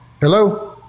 Hello